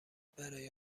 برای